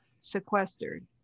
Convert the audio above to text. sequestered